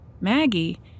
Maggie